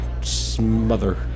smother